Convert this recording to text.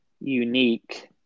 unique